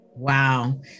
Wow